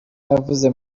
navuze